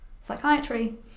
psychiatry